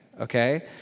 Okay